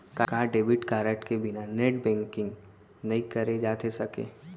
का debit card के बिना नेट बैंकिंग नई करे जाथे सके?